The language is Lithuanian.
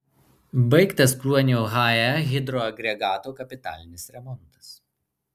baigtas kruonio hae hidroagregato kapitalinis remontas